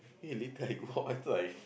eh later I go out I try